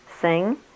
sing